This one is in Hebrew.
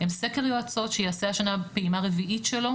הם סקר יועצות שיעשה השנה פעימה רביעית שלו,